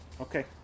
Okay